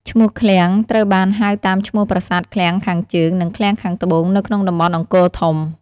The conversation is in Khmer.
ឈ្មោះ "ឃ្លាំង" ត្រូវបានហៅតាមឈ្មោះប្រាសាទឃ្លាំងខាងជើង និងឃ្លាំងខាងត្បូងនៅក្នុងតំបន់អង្គរធំ។